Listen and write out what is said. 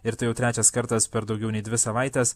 ir tai jau trečias kartas per daugiau nei dvi savaites